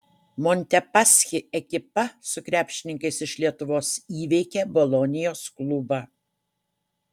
montepaschi ekipa su krepšininkais iš lietuvos įveikė bolonijos klubą